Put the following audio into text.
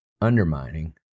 undermining